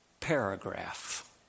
paragraph